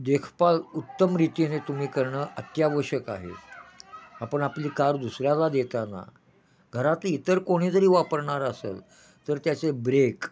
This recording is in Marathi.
देखभाल उत्तम रीतीने तुम्ही करणं अत्यावश्यक आहे आपण आपली कार दुसऱ्याला देताना घरातील इतर कोणी जरी वापरणार असेल तर त्याचे ब्रेक